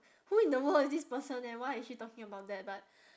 who in the world is this person and why is she talking about that but